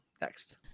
next